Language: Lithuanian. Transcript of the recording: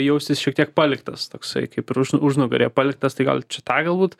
jaustis šiek tiek paliktas toksai kaip ir užnugaryje paliktas tai gal čia tą galbūt